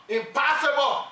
impossible